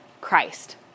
Christ